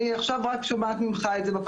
אני עכשיו רק שומעת את זה ממך בפעם